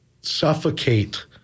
suffocate